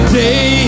day